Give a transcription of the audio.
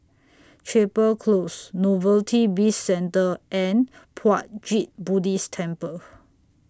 Chapel Close Novelty Bizcentre and Puat Jit Buddhist Temple